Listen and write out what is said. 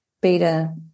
beta